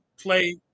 play